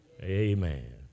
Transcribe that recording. amen